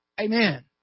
amen